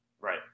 Right